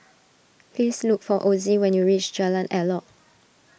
please look for Ozie when you reach Jalan Elok